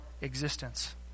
existence